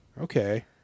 Okay